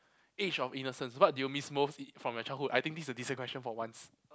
age of innocence what do you miss most from your childhood I think this is a decent question for once